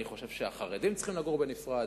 אני חושב שהחרדים צריכים לגור בנפרד,